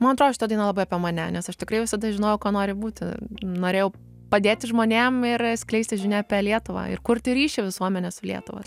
man atrodo šita daina labai apie mane nes aš tikrai visada žinojau kuo noriu būti norėjau padėti žmonėm ir skleisti žinią apie lietuvą ir kurti ryšį visuomenės su lietuva